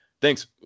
Thanks